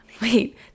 wait